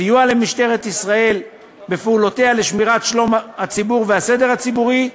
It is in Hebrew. סיוע למשטרת ישראל בפעולותיה לשמירת שלום הציבור והסדר הציבורי,